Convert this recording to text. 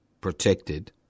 protected